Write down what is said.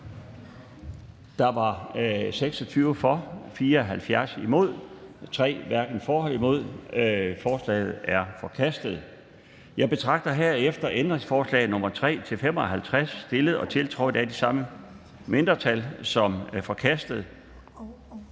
DD (fejlafstemning)) . Ændringsforslaget er forkastet. Jeg betragter herefter ændringsforslag nr. 3 og 55, stillet og tiltrådt af de samme mindretal, som forkastet.